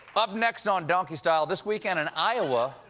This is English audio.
up next on donkey style, this weekend in iowa,